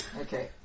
Okay